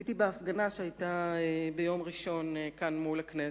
הייתי בהפגנה שהיתה ביום ראשון כאן מול הכנסת,